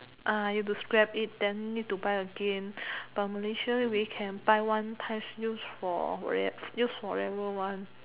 uh you have to scrap it then need to buy again but Malaysia we can buy one time use for very use forever one